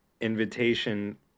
invitation